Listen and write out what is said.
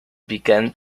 began